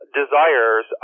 desires